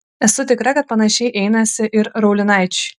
esu tikra panašiai einasi ir raulinaičiui